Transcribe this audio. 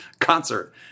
concert